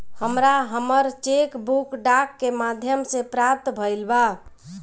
हमरा हमर cheque book डाक के माध्यम से प्राप्त भईल बा